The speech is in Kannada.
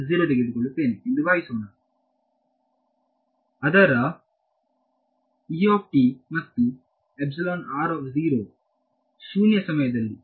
ಹಾಗಾಗಿ ನಾನು ತೆಗೆದುಕೊಳ್ಳುತ್ತೇನೆ ಎಂದು ಭಾವಿಸೋಣ ಅದರ ಮತ್ತು ಶೂನ್ಯ ಸಮಯದಲ್ಲಿ